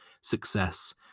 success